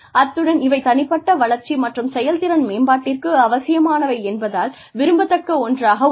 அத்துடன் இவை தனிப்பட்ட வளர்ச்சி மற்றும் செயல்திறன் மேம்பாட்டிற்கு அவசியமானவை என்பதால் விரும்பத்தக்க ஒன்றாக உள்ளது